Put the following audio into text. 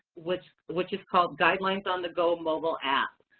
which which is called guidelines on-the-go mobile app.